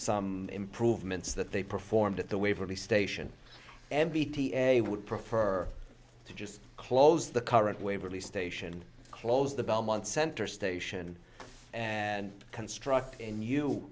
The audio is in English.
some improvements that they performed at the waverly station m b t a would prefer to just close the current waverly station close the belmont center station and construct